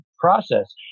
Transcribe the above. process